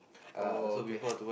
uh okay